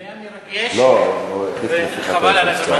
זה היה מרגש, חבל על הזמן.